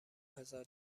هزار